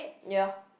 ya